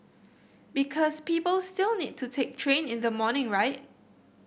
because people still need to take train in the morning right